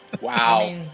Wow